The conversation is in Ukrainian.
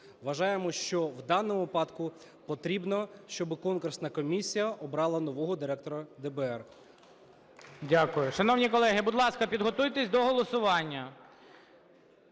вважаємо, що в даному випадку потрібно, щоби конкурсна комісія обрала нового Директора ДБР.